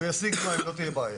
הוא ישיג משהו, זו לא תהיה בעיה.